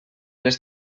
les